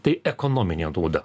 tai ekonominė nauda